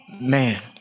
man